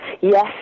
yes